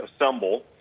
assemble